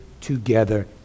together